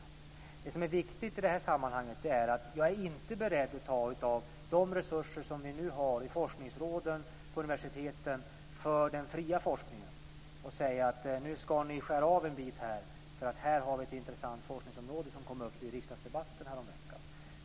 Något som är viktigt i det här sammanhanget är att jag inte är beredd att ta av de resurser som vi nu har i forskningsråden och på universiteten för den fria forskningen och säga: Nu ska ni skära av en bit, eftersom vi här har ett intressant forskningsområde som kom upp i riksdagsdebatten häromveckan.